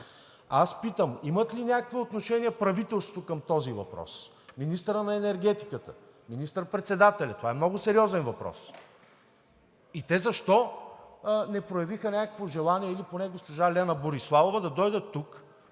Аз питам: има ли някакво отношение правителството към този въпрос – министърът на енергетиката, министър-председателят? Това е много сериозен въпрос! И те защо не проявиха някакво желание или поне госпожа Лена Бориславова да дойдат тук